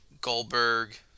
Goldberg